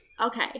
Okay